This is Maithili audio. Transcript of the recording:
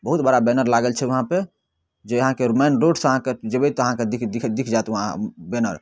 बहुत बड़ा बैनर लागल छै वहाँपर जे अहाँके मेन रोडसँ अहाँके जेबै तऽ अहाँके दिख दिख जायत वहाँ बैनर